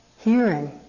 hearing